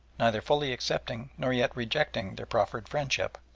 neither fully accepting nor yet rejecting their proffered friendship.